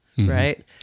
Right